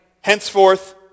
Henceforth